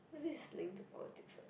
cause this is linked to politics what